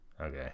Okay